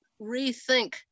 rethink